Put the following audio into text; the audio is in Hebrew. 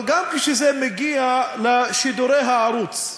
אבל גם כשזה מגיע לשידורי הערוץ,